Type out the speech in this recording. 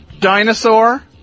Dinosaur